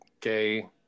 gay